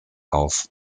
auf